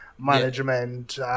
management